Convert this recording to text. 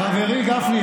חברי גפני,